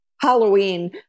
Halloween